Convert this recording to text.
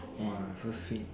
!wah! so sweet